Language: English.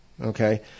okay